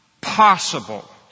possible